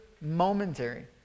Momentary